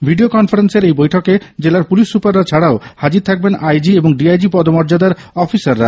video কনফারেন্সের এই বৈঠকে জেলার পুলিশ সুপাররা ছাড়াও হাজির থাকবেন আইজি এবং ডিআইজি পদ মর্যাদার অফিসাররা